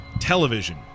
television